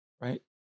right